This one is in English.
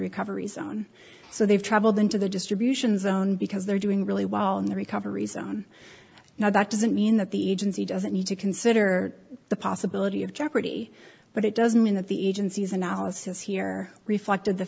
recovery zone so they've travelled into the distribution zone because they're doing really well in the recovery zone now that doesn't mean that the agency doesn't need to consider the possibility of jeopardy but it doesn't mean that the agency's analysis here reflected the